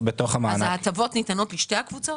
ההטבות ניתנות לשתי הקבוצות?